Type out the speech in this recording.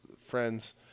friends